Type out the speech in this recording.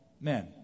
men